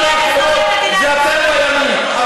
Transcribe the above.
ומי שלא מחסל ומוחק את החמאס עם האיומים שלו,